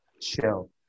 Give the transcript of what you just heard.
Shell